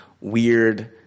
weird